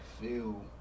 feel